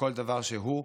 לכל דבר שהוא.